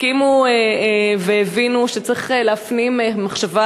הסכימו והבינו שצריך להפנים מחשבה